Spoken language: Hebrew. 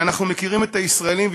כי אנחנו מכירים את הישראלים,